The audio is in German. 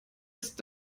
ist